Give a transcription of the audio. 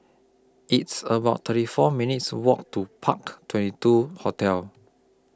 It's about thirty four minutes' Walk to Park twenty two Hotel